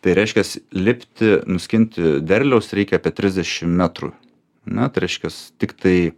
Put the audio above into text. tai reiškias lipti nuskinti derliaus reikia apie trisdešim metrų ar ne tai reiškias tiktai